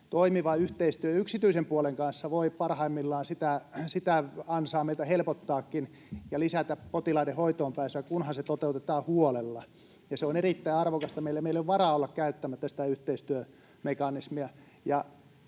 toimiva yhteistyö yksityisen puolen kanssa voi parhaimmillaan sitä ansaa meillä helpottaakin ja lisätä potilaiden hoitoonpääsyä, kunhan se toteutetaan huolella. Ja se on erittäin arvokasta meille. Meillä ei ole varaa olla käyttämättä sitä yhteistyömekanismia.